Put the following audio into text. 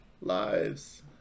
lives